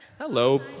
Hello